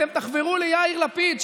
אתם תחזרו ליאיר לפיד,